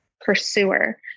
pursuer